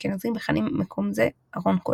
בימי הביניים קיבל בית הכנסת תפקידים נוספים הוא